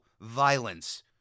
violence